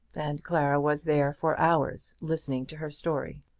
and clara was there for hours listening to her story.